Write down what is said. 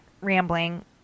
rambling